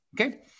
okay